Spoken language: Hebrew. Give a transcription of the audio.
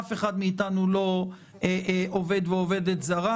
אף אחד מאיתנו לא עובד ועובדת זרה,